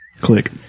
Click